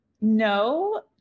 No